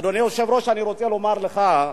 אדוני היושב-ראש, אני רוצה לומר לך,